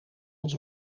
ons